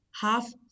half